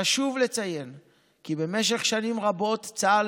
חשוב לציין כי במשך שנים רבות צה"ל